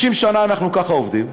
60 שנה אנחנו ככה עובדים.